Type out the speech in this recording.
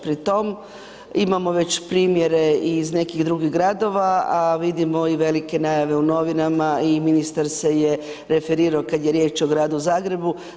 Pri tom imamo već primjere i iz nekih drugih gradova a vidimo i velike najave u novinama i ministar se je referirao kada je riječ o gradu Zagrebu.